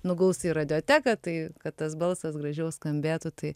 nuguls į radioteką tai kad tas balsas gražiau skambėtų tai